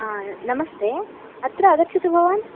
नमस्ते अत्र आगच्छतु भवान्